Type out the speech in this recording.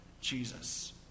Jesus